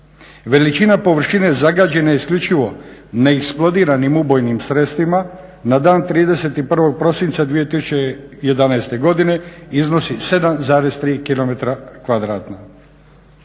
Veličina površine zagađene isključivo neeksplodiranim ubojnim sredstvima na dan 31. prosinca 2011. godine iznosi 7,3 km2.